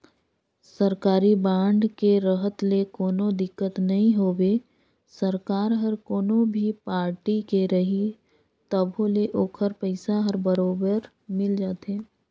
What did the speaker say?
सरकारी बांड के रहत ले कोनो दिक्कत नई होवे सरकार हर कोनो भी पारटी के रही तभो ले ओखर पइसा हर बरोबर मिल जाथे